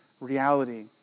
reality